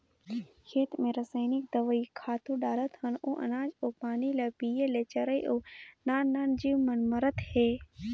खेत मे रसइनिक दवई, खातू डालत हन ओ अनाज अउ पानी ल पिये ले चरई अउ नान नान जीव मन मरत हे